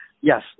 Yes